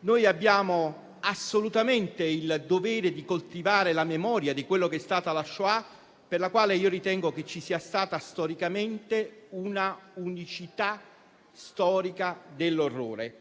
Roma: abbiamo assolutamente il dovere di coltivare la memoria di quella che è stata la Shoah, per la quale ritengo che ci sia stata un'unicità storica dell'orrore.